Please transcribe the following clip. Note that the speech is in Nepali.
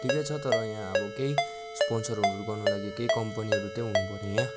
ठिकै छ तर यहाँ अब केही स्पोन्सरहरू गर्नु लागि केही कम्पनीहरू चाहिँ हुनुपऱ्यो यहाँ